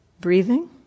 Breathing